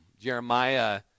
Jeremiah